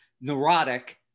neurotic